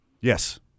Yes